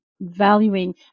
valuing